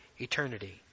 eternity